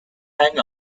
hang